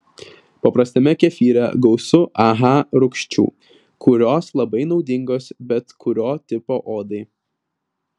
paprastame kefyre gausu aha rūgščių kurios labai naudingos bet kurio tipo odai